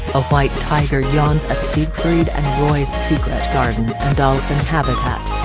a white tiger yawns at siegfried and roy's secret garden and dolphin habitat.